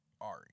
Ari